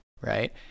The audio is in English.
right